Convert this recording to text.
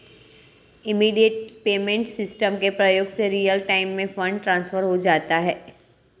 immediate payment system के प्रयोग से रियल टाइम में फंड ट्रांसफर हो जाता है